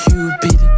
Cupid